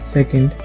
Second